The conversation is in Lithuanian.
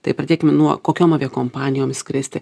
tai pradėkim nuo kokiom aviakompanijom skristi